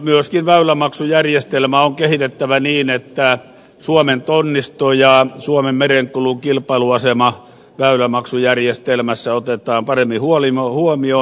myöskin väylämaksujärjestelmää on kehitettävä niin että suomen tonnisto ja suomen merenkulun kilpailuasema väylämaksujärjestelmässä otetaan paremmin huomioon